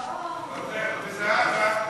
מה אתי?